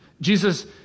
Jesus